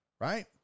right